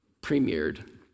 premiered